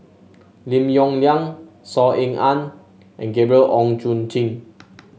Lim Yong Liang Saw Ean Ang and Gabriel Oon Chong Jin